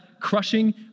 crushing